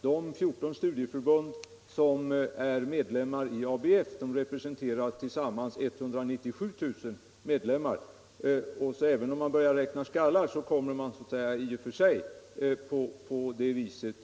De 14 studieförbund som är med i ABF representerar tillsammans 197 000 medlemmar, så även om man börjar räkna skallar kommer man till en annan proportionalitet.